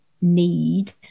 need